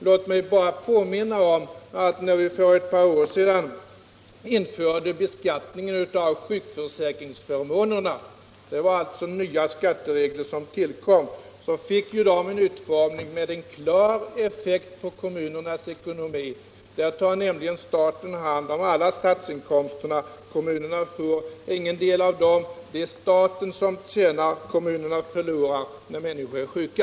Jag vill bara påminna om att när vi för ett par år sedan införde beskattning av sjukförsäkringsförmånerna — då tillkom alltså nya skatteregler — fick reglerna en utformning som gav en klar effekt på kommunernas ekonomi. Här tar staten hand om alla skatteinkomsterna och kommunerna får alltså inte någonting. Staten tjänar och kommunerna förlorar när människor är sjuka.